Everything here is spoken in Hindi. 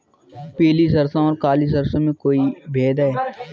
पीली सरसों और काली सरसों में कोई भेद है?